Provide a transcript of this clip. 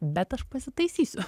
bet aš pasitaisysiu